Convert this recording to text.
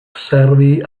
servi